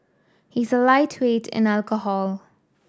he is a lightweight in alcohol